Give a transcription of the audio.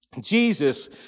Jesus